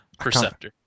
Perceptor